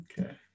okay